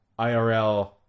IRL